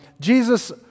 Jesus